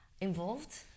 involved